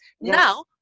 now